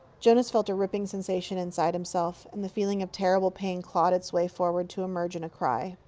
jonas felt a ripping sensation inside himself, and the feeling of terrible pain clawing its way forward to emerge in a cry.